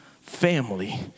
family